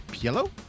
Yellow